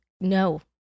No